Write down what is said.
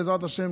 בעזרת השם,